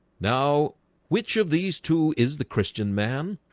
now which of these two is the christian man?